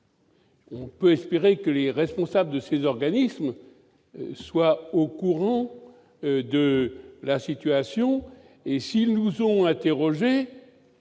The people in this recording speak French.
On peut espérer que les responsables de ces organismes sont au courant de la situation et qu'ils ont eu